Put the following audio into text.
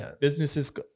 Businesses